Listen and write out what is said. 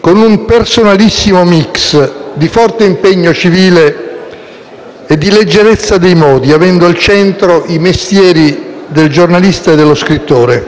con un personalissimo *mix* di forte impegno civile e di leggerezza dei modi, avendo al centro i mestieri del giornalista e dello scrittore,